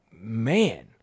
man